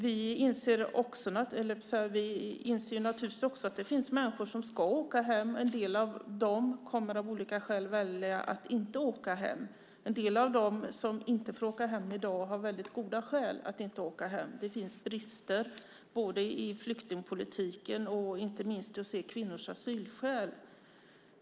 Vi inser naturligtvis också att det finns människor som ska åka hem. En del av dem kommer av olika skäl att välja att inte åka hem. En del av dem som inte får åka hem i dag har väldigt goda skäl att inte åka hem. Det finns brister både i flyktingpolitiken och inte minst i att se kvinnors asylskäl.